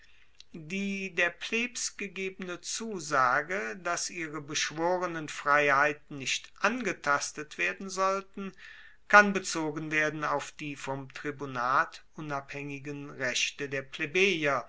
die der plebs gegebene zusage dass ihre beschworenen freiheiten nicht angetastet werden sollten kann bezogen werden auf die vom tribunat unabhaengigen rechte der